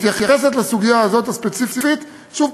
שוב,